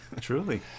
Truly